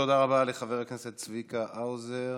תודה רבה לחבר הכנסת צביקה האוזר.